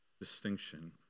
distinction